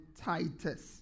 Titus